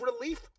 relief